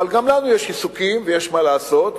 אבל גם לנו יש עיסוקים ויש מה לעשות,